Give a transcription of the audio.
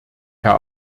herr